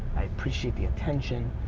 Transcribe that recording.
i appreciate the attention.